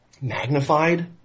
magnified